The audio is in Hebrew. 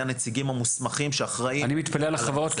הנציגים המוסמכים שאחראים --- אני מתפלא על החברות,